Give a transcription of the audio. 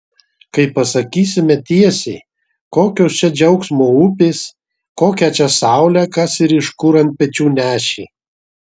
kai pasakysime tiesiai kokios čia džiaugsmo upės kokią čia saulę kas ir iš kur ant pečių nešė